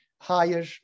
higher